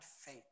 faith